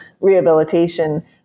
rehabilitation